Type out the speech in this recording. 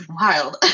wild